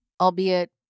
albeit